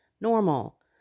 normal